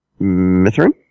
Mithrin